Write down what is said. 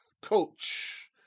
coach